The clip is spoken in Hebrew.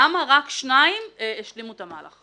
למה רק שניים השלימו את המהלך?